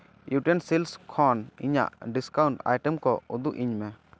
utensils ᱠᱷᱚᱱ ᱤᱧᱟᱹᱜ discount item ᱠᱚ ᱩᱫᱩᱜ ᱟᱹᱧ ᱢᱮ